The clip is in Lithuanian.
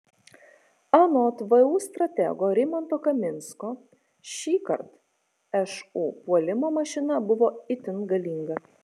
anot vu stratego rimanto kaminsko šįkart šu puolimo mašina buvo itin galinga